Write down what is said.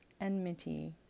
enmity